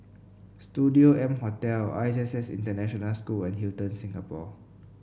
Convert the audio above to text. Studio M Hotel I S S International School and Hilton Singapore